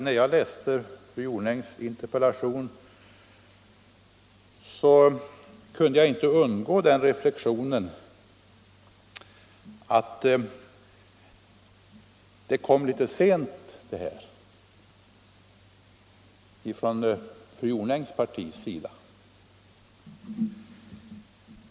När jag läste fru Jonängs interpellation kunde jag inte undgå att göra den reflexionen att reaktionen kommer litet sent från fru Jonängs parti.